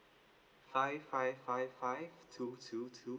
five five five five two two two